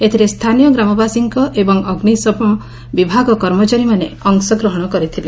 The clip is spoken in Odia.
ଏଥିରେ ସ୍ଛାନୀୟ ଗ୍ରାମବାସୀ ଏଲବଂ ଅଗ୍ରିଶମ ବିଭାଗ କର୍ମଚାରୀମାନେ ଅଂଶଗ୍ରହଶ କରିଥିଲେ